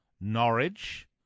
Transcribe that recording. Norwich